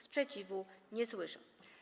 Sprzeciwu nie słyszę.